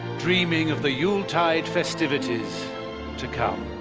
dreaming of the yuletide festivities to come.